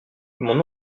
mon